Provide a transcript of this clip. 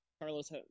Carlos